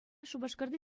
шупашкарти